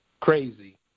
crazy